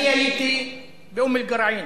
אני הייתי באום אל-גרעין,